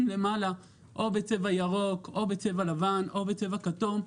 למעלה או בצבע ירוק או בצבע לבן או בצבע כתום,